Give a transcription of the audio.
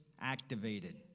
Activated